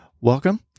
welcome